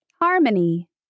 Harmony